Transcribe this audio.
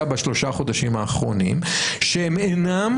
בשלושה החודשים האחרונים שהם אינם,